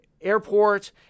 airport